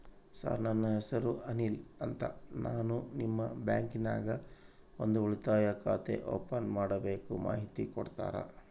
Sir ನನ್ನ ಹೆಸರು ಅನಿಲ್ ಅಂತ ನಾನು ನಿಮ್ಮ ಬ್ಯಾಂಕಿನ್ಯಾಗ ಒಂದು ಉಳಿತಾಯ ಖಾತೆ ಓಪನ್ ಮಾಡಬೇಕು ಮಾಹಿತಿ ಕೊಡ್ತೇರಾ?